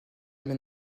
bien